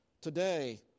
today